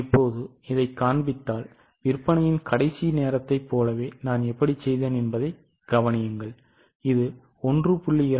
நான் இப்போது இதைக் காண்பித்தால் விற்பனையின் கடைசி நேரத்தைப் போலவே நான் எப்படிச் செய்தேன் என்பதைக் கவனியுங்கள் இது 1